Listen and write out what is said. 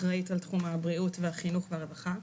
אחראית על תחום הבריאות והחינוך והרווחה.